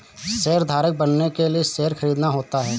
शेयरधारक बनने के लिए शेयर खरीदना होता है